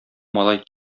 малай